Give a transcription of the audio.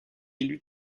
élus